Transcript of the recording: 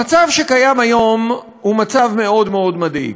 המצב שקיים היום הוא מצב מאוד מאוד מדאיג,